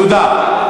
תודה.